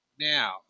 Now